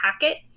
packet